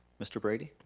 mr. brady?